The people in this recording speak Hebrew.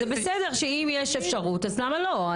אבל זה בסדר ואם יש אפשרות אז למה לא.